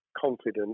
confident